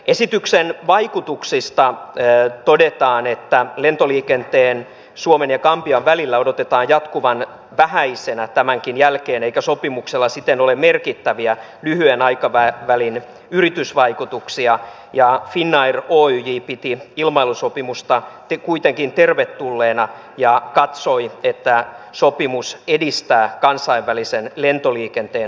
esityksen vaikutuksista todetaan että lentoliikenteen suomen ja gambian välillä odotetaan jatkuvan vähäisenä tämänkin jälkeen eikä sopimuksella siten ole merkittäviä lyhyen aikavälin yritysvaikutuksia ja finnair oyj piti ilmailusopimusta kuitenkin tervetulleena ja katsoi että sopimus edistää kansainvälisen lentoliikenteen vapauttamista